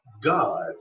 God